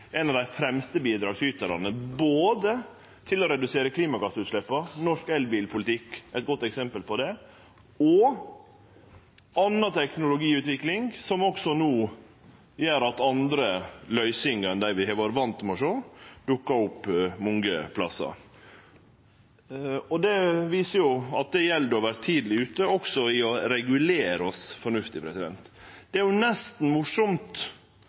ein av dei fremste bidragsytarane til å redusere klimagassutsleppa – norsk elbilpolitikk er eit godt eksempel på det – og anna teknologiutvikling gjer at andre løysingar enn dei vi har vore vane med å sjå, dukkar opp mange plassar. Det viser at det gjeld å vere tidleg ute, også i å regulere oss fornuftig. Det er nesten